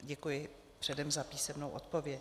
Děkuji předem za písemnou odpověď.